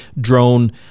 drone